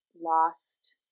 lost